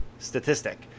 Statistic